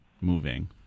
moving